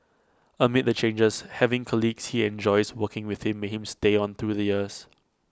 amid the changes having colleagues he enjoys working with made him stay on through the years